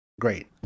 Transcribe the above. Great